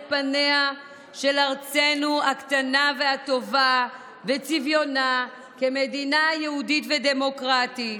פניה של ארצנו הקטנה והטובה ואת צביונה כמדינה יהודית ודמוקרטית.